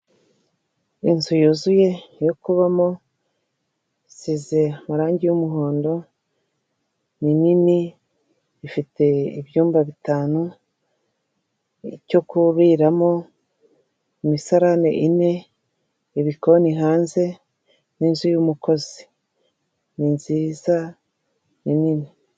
Inzu yuzuye yo kubamo, isize amarangi y'umuhondo, ni nini ifite ibyumba bitanu, icyo kuriramo, imisarane ine, ibikoni hanze n'inzu y'umukozi, ni nziza, ni nini.